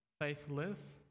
faithless